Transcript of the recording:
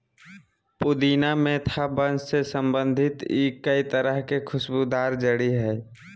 पुदीना मेंथा वंश से संबंधित ई एक तरह के खुशबूदार जड़ी हइ